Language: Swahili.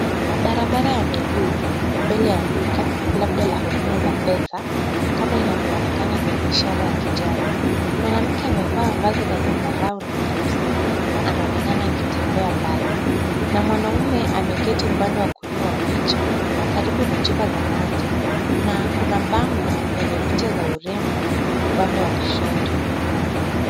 Barabara ya miguu mbele ya duka, labda la huduma za pesa kama inavyoonekana kwenye ishara ya kijani. Mwanamke amevaa vazi la zambarau na nyeusi ,anaonekana akitembea mbali na mwanamme ameketi upande wa kulia wa picha karibu na chupa za maji. Na kuna bango lenye picha za urembo upande wa kushoto.